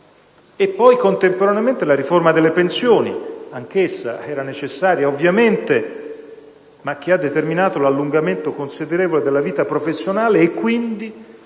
sociali. Contemporaneamente, penso alla riforma delle pensioni: anch'essa era necessaria, ovviamente, ma ha determinato un allungamento considerevole della vita professionale. Quindi,